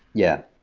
yeah,